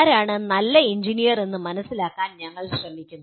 ആരാണ് നല്ല എഞ്ചിനീയർ എന്ന് മനസിലാക്കാൻ ഞങ്ങൾ ശ്രമിക്കുന്നു